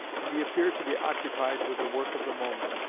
and he appeared to be occupied with the work of the moment,